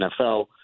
NFL